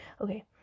Okay